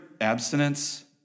abstinence